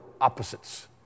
opposites